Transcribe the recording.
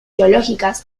teológica